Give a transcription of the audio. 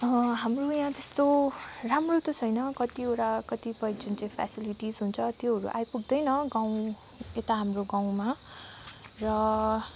हाम्रो यहाँ त्यस्तो राम्रो त छैन कतिवटा कतिपय जुन चाहिँ फेसिलिटिस् हुन्छ त्योहरू आइपुग्दैन गाउँ यता हाम्रो गाउँमा र